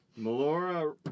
Melora